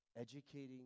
educating